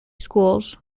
schools